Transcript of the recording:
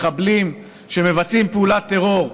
מחבלים שמבצעים פעולת טרור,